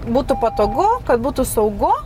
būtų patogu kad būtų saugu